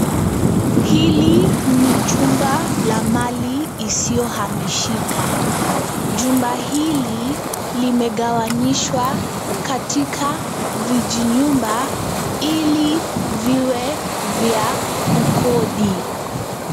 Hili ni jumba la Mali isiyo hamishika. Jumba hili limegawanyishwa katika vijinyumba ili viwe vya kukodi.